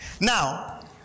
Now